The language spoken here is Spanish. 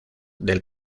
del